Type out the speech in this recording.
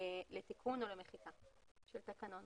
לתיקון או למחיקה של תקנון.